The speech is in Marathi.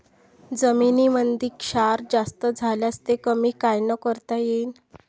जमीनीमंदी क्षार जास्त झाल्यास ते कमी कायनं करता येईन?